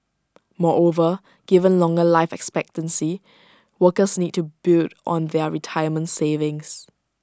moreover given longer life expectancy workers need to build on their retirement savings